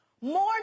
more